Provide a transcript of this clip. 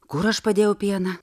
kur aš padėjau pieną